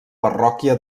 parròquia